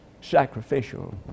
sacrificial